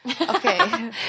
Okay